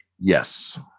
Yes